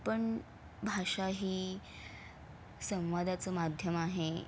पण भाषा ही संवादाचं माध्यम आहे